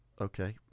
okay